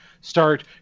start